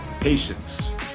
patience